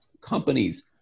companies